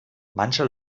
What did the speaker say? manche